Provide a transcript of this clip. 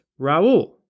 Raul